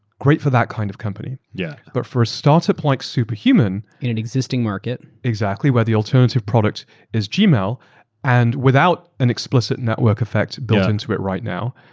great for that kind of company. yeah but for a startup like superhuman. in an existing market. exactly, where the alternative product is gmail, and without an explicit network effect built into it right now,